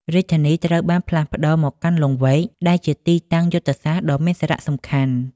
រាជធានីត្រូវបានផ្លាស់ប្តូរមកកាន់ លង្វែក ដែលជាទីតាំងយុទ្ធសាស្ត្រដ៏មានសារៈសំខាន់។